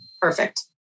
Perfect